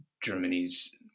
Germany's